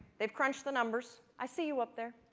they've crunched the numbers. i see you up there.